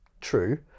true